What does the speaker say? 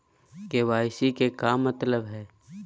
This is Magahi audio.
के.वाई.सी के का मतलब हई?